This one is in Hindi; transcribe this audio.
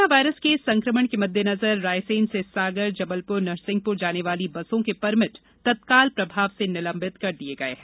कोरोना वायरस के संकमण के मद्देनजर रायसेन से सागर जबलपुर नरसिंहपुर जानेवाली बसों के परमिट तत्काल प्रभाव से निलंबित कर दिये गये है